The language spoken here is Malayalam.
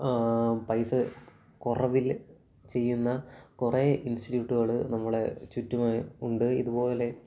പൈസ കുറവിൽ ചെയ്യുന്ന കുറെ ഇൻസ്റ്റിട്യൂട്ടുകൾ നമ്മളെ ചുറ്റിനുമുണ്ട് ഇതുപോലെ